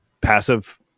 passive